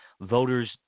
voters